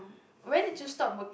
when did you stop work